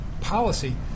policy